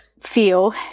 Feel